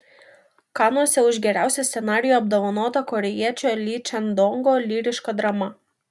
kanuose už geriausią scenarijų apdovanota korėjiečio ly čang dongo lyriška drama